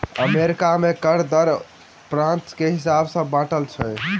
America में कर दर प्रान्त के हिसाब सॅ बाँटल अछि